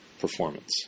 performance